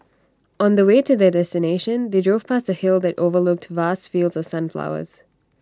on the way to their destination they drove past A hill that overlooked vast fields of sunflowers